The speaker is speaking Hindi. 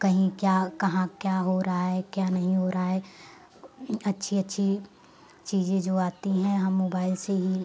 कहीं क्या कहाँ क्या हो रहा है क्या नहीं हो रहा है अच्छी अच्छी चीज़ें जो आती हैं हम मोबाइल से ही